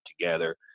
together